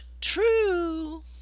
true